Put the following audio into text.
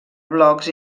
blocs